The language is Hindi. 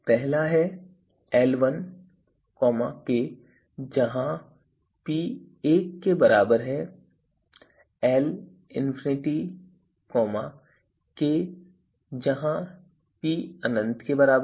पहला है L1k जहां p 1 के बराबर है और L∞k जहां p अनंत के बराबर है